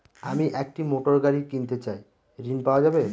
আমি একটি মোটরগাড়ি কিনতে চাই ঝণ পাওয়া যাবে?